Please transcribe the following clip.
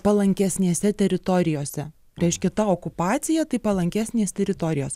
palankesnėse teritorijose reiškia ta okupacija tai palankesnės teritorijos